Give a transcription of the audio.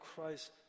Christ